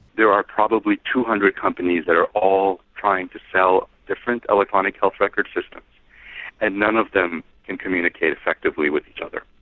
there are probably two hundred companies that are all trying to sell different electronic health record systems and none of them can communicate effectively with each other.